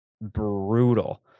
brutal